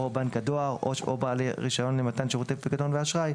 בנק הדואר או בעלי למתן שירותי פיקדון ואשראי,